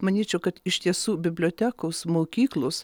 manyčiau kad iš tiesų bibliotekos mokyklos